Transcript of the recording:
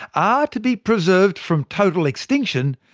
are to be preserved from total extinction,